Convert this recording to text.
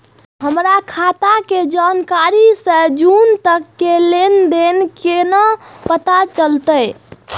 हमर खाता के जनवरी से जून तक के लेन देन केना पता चलते?